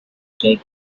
take